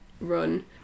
run